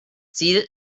ziel